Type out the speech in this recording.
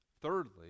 thirdly